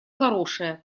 хорошее